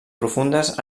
profundes